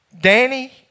Danny